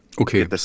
Okay